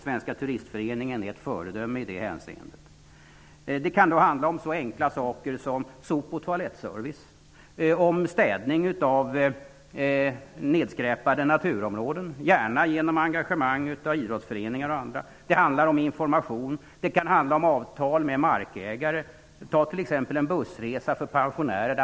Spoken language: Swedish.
Svenska turistföreningen är ett föredöme i det hänseendet. Det kan handla om så enkla saker som sop och toalettservice och städning av nedskräpade naturområden -- gärna genom engagemang av idrottsföreningar och andra. Det handlar om information. Det kan handla om avtal med markägare. Ett exempel är en bussresa för pensionärer.